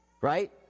right